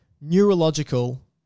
neurological